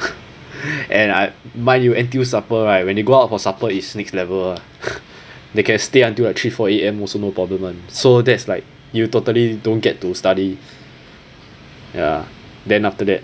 and I mind you N_T_U supper right when you go out for supper is next level ah they can stay until like three four A_M also no problem [one] so that's like you totally don't get to study ya then after that